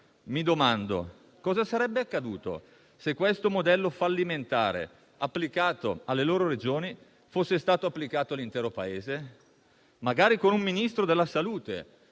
Mi domando che cosa sarebbe accaduto se questo modello fallimentare, applicato alle loro Regioni, fosse stato applicato all'intero Paese, magari con un Ministro della salute